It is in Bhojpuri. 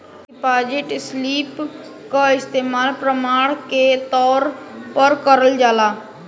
डिपाजिट स्लिप क इस्तेमाल प्रमाण के तौर पर करल जाला